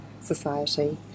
Society